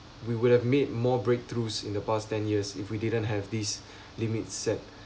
we would have made more breakthroughs in the past ten years if we didn't have this limit set